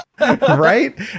right